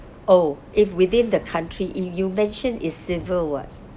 oh if within the country y~ you mention is civil [what]